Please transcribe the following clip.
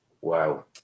Wow